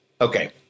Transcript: okay